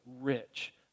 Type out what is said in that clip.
rich